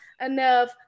enough